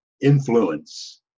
influence